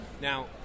Now